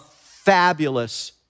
fabulous